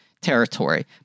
territory